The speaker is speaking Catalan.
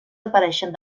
apareixen